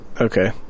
Okay